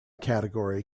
category